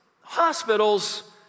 hospitals